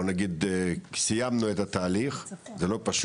בוא נגיד, סיימנו את התהליך, זה לא פשוט.